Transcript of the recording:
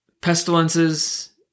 pestilences